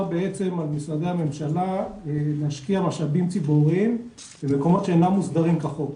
בעצם על משרדי הממשלה להשקיע משאבים ציבוריים במקומות שאינם מוסדרים כחוק.